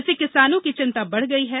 इससे किसानों की चिंता बढ़ गई है